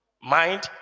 Mind